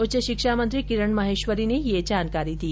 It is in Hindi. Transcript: उच्च शिक्षा मंत्री किरण माहेश्वरी ने ये जानकारी दी